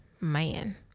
Man